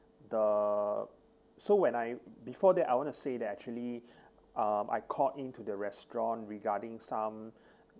the so when I before that I want to say that actually um I called into the restaurant regarding some